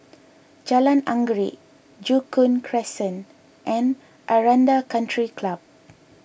Jalan Anggerek Joo Koon Crescent and Aranda Country Club